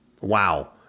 Wow